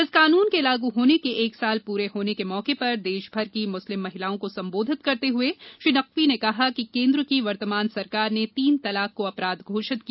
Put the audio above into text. इस कानून के लागू होने के एक साल पूरे होने के मौके पर देशभर की मुस्लिम महिलाओं को संबोधित करते हुए श्री नकवी ने कहा कि केन्द्र की वर्तमान सरकार ने तीन तलाक को अपराध घोषित किया